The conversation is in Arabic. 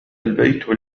البيت